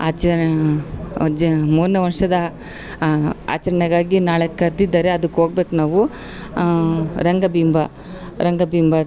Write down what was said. ಆಚಾರಣೆ ಅಜ್ಜೆ ಮೂರನೇ ವರ್ಷದ ಆಚರಣೆಗಾಗಿ ನಾಳೆ ಕರೆದಿದ್ದಾರೆ ಅದಕ್ಕೆ ಹೋಗ್ಬೇಕು ನಾವು ರಂಗಬಿಂಬ ರಂಗಬಿಂಬ